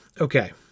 Okay